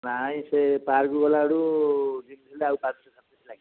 ନାଇଁ ସେ ପାର୍କ ଗଲାଆଡ଼ୁ ଯେମିତି ହେଲେ ଆଉ ପାଞ୍ଚଶହ ସାତଶହ ଲାଗିବ